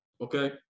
okay